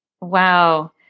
Wow